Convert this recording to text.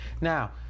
Now